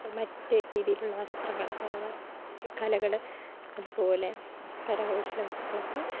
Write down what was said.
മറ്റേ രീതിയിലുള്ള വസ്ത്രങ്ങൾ അവ ഈ കലകള് അത്പോലെ കരകൗശലവസ്തുകളൊക്കെ